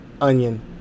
onion